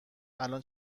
الان